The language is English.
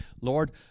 Lord